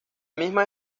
misma